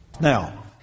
Now